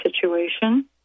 situation